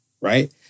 right